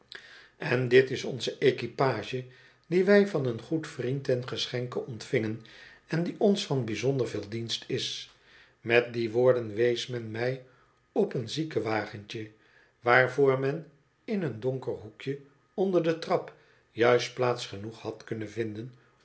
en dit is onze equipage die wij van een goed vriend ten geschenke ontvingen en die ons van bijzonder veel dienst is met die woorden wees men mij op een zieken wagentje waarvoor men in een donker hoekje onder de trap juist plaats genoeg had kunnen vinden